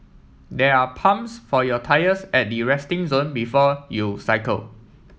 there are pumps for your tyres at the resting zone before you cycle